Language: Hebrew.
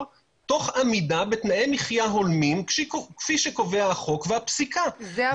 תוך עמידה בתנאי מחיה הולמים כפי שקובע החוק והפסיקה -- זה הפרמטר?